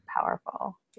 powerful